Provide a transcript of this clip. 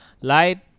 Light